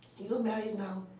you're married.